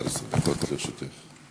11 דקות לרשותך.